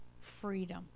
freedom